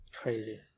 crazy